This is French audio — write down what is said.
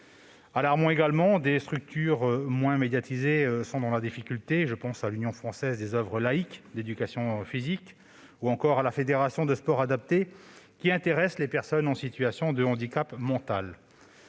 alarmant : des structures moins médiatisées se retrouvent dans la difficulté. Je pense à l'Union française des oeuvres laïques d'éducation physique ou encore à la Fédération du sport adapté, qui intéresse les personnes en situation de handicap mental.